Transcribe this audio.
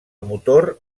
motor